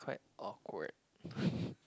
quite awkward